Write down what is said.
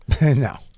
No